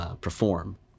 perform